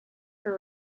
for